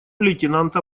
лейтенанта